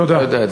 תודה.